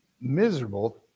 miserable